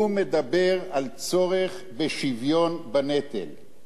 הוא מדבר על צורך בשוויון בנטל.